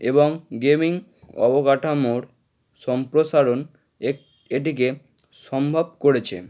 এবং গেমিং অবকাঠামোর সম্প্রসারণ এটিকে সম্ভব করেছে